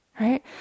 Right